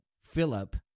Philip